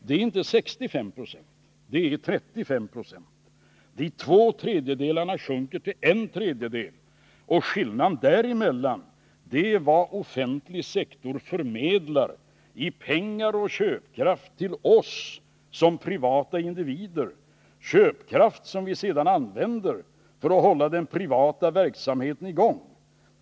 Det är inte 65, det är 35 96. De två tredjedelarna sjunker till en tredjedel, och skillnaden däremellan är vad offentlig sektor förmedlar i pengar och köpkraft till oss som privata individer, köpkraft som vi sedan använder för att hålla den privata verksamheten i gång.